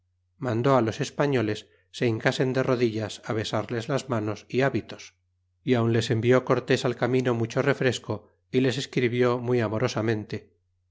mandó á los españoles se hincasen de rodillas besarles las manos y hábitos y aun les envió cortés al camino mucho refresco y les escribió muy amorosamente